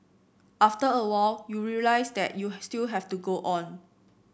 after a while you realise that you still have to go on